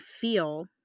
feel